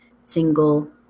single